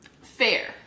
Fair